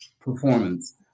performance